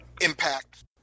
Impact